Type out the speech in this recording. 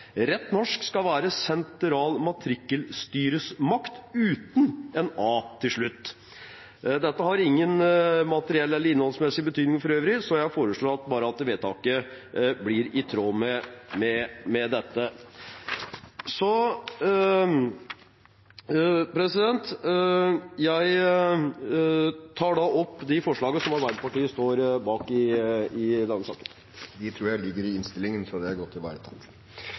Rett norsk skal være «sentral matrikkelstyresmakt» – uten en a til slutt. Dette har ingen materiell eller innholdsmessig betydning for øvrig, så jeg foreslår bare at vedtaket blir i tråd med dette. Da har representanten rettet skrivefeil i innstillingen. I Norge har vi en stolt tradisjon for at folk flest eier sin egen bolig. Faktisk bor hele 80 pst. av oss i en bolig som eies av husholdningen selv. Det er